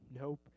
Nope